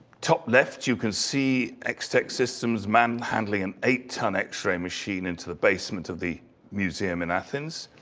top left, you can see x-tek systems manhandling an eight-ton x-ray machine into the basement of the museum in athens.